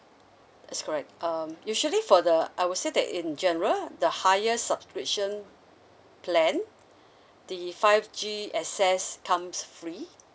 that's correct um usually for the I would say that in general the highest subscription plan the five G access comes free